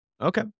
Okay